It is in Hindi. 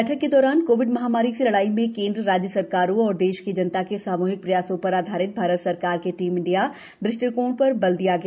बैठक के दौरान कोविड महामारी से लड़ाई में केन्द्र राज्य सरकारों और देश की जनता के सामूहिक प्रयासों पर आधारित भारत सरकार के टीम इंडिया दृष्टिकोण पर बल दिया गया